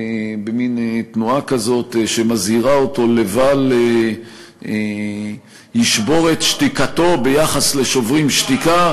במין תנועה כזאת שמזהירה אותו לבל ישבור את שתיקתו ביחס ל"שוברים שתיקה"